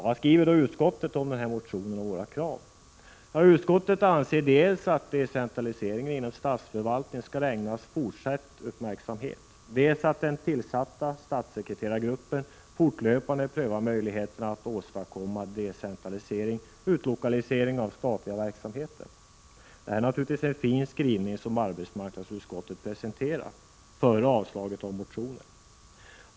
Vad skriver då utskottet om motionen och våra krav? Utskottet anför dels att decentraliseringen inom statsförvaltningen skall ägnas fortsatt uppmärksamhet, dels att den tillsatta statssekreterargruppen fortlöpande bör pröva möjligheterna att åstadkomma decentralisering/utlokalisering av den statliga verksamheten. Det är naturligtvis en fin skrivning som arbetsmarknadsutskottet presenterar innan motionen avstyrks.